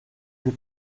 vous